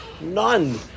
None